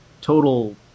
total